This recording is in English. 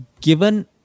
given